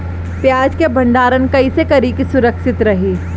प्याज के भंडारण कइसे करी की सुरक्षित रही?